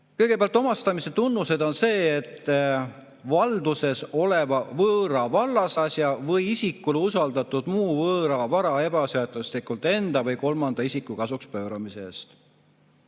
Kõigepealt omastamise tunnuseks on see, et valduses oleva võõra vallasasja või isikule usaldatud muu võõra vara ebaseaduslikult enda või kolmanda isiku kasuks pööramise eest.